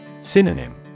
SYNONYM